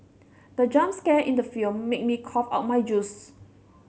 the jump scare in the film made me cough out my juice